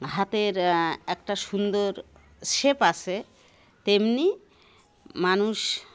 হাতের একটা সুন্দর শেপ আছে তেমনি মানুষ